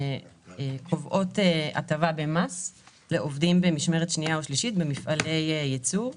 קובעות הטבה במס לעובדים במשמרת שנייה או שלישית במפעלי ייצור,